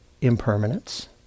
impermanence